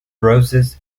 roses